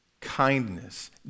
Kindness